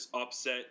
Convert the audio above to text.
upset